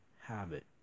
habit